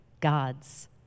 God's